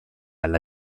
alla